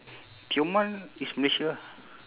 tioman is malaysia ah